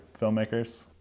filmmakers